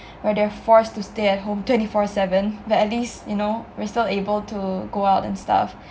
where they're forced to stay at home twenty four seven but at least you know we're still able to go out and stuff